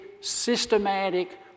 systematic